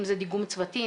אם זה דיגום צוותים,